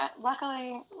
luckily